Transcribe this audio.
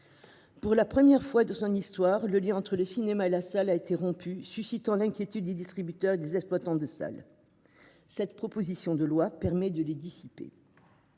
Pour la première fois de son histoire, le lien entre le cinéma et la salle a été rompu, suscitant l’inquiétude des distributeurs et des exploitants de salle. Cette proposition de loi permet de la dissiper.